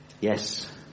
Yes